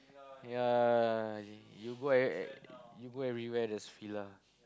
ya you go eve~ you go everywhere there's Fila